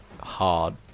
hard